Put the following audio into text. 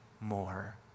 more